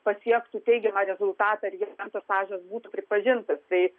pasiektų teigiamą rezultatą ir jis jam tas stažas būtų pripažintas tai